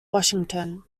washington